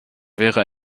wäre